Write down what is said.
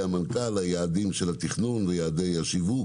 המנכ"ל היעדים של התכנון ויעדי השיווק